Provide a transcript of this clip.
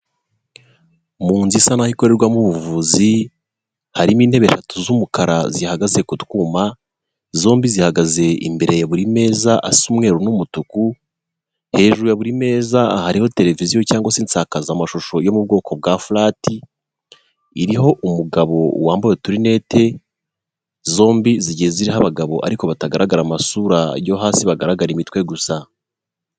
Mu nzu isa nah ikorerwamo ubuvuzi harimo intebe eshatu z'umukara zihagaze kutwuma zombi zihagaze imbere ya buri meza asa umweru n'umutuku hejuru ya buri meza hariho televiziyo cyangwa itsakaza amashusho yo mu bwoko bwa flat iriho umugabo wambaye uturinete zombi zigiye ziriho abagabo ariko batagaragara amasura yo hasi bagaragara imitwe gusa.